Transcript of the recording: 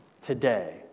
today